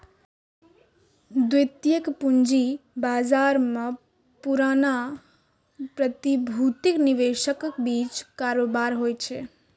द्वितीयक पूंजी बाजार मे पुरना प्रतिभूतिक निवेशकक बीच कारोबार होइ छै